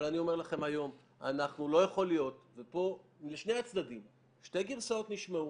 אבל אני אומר לכם היום ששתי גרסאות נשמעו